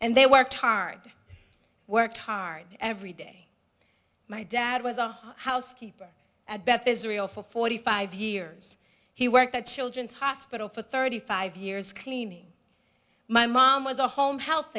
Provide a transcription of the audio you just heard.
and they worked hard work hard every day my dad was our housekeeper beth israel for forty five years he worked at children's hospital for thirty five years cleaning my mom was a home he